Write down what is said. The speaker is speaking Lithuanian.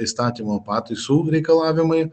įstatymo pataisų reikalavimai